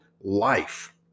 life